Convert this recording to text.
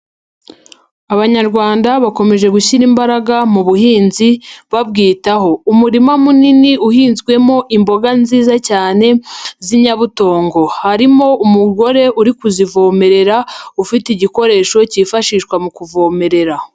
Abanyarwanda bakomeje gushyira imbaraga mu buhinzi, babwitaho. Umurima munini uhinzwemo imboga nziza cyane z'inyabutongo. Harimo umugore uri kuzivomerera, ufite igikoresho cyifashishwa mu kuvomerera.